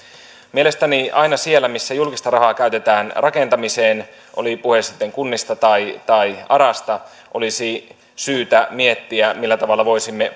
mielestäni aina siellä missä julkista rahaa käytetään rakentamiseen oli puhe sitten kunnista tai tai arasta olisi syytä miettiä millä tavalla voisimme